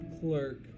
clerk